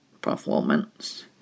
performance